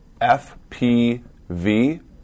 FPV